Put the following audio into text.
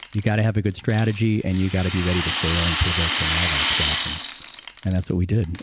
you got to have a good strategy and you got to be ready to fail, and pivot, and all that stuff. and and that's what we did.